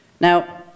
Now